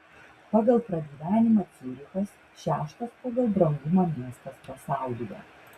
pagal pragyvenimą ciurichas šeštas pagal brangumą miestas pasaulyje